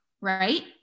right